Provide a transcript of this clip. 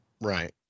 Right